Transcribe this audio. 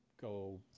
go